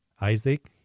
Isaac